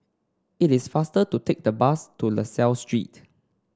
it is faster to take the bus to La Salle Street